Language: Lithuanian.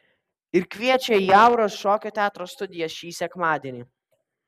ir kviečia į auros šokio teatro studiją šį sekmadienį